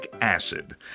acid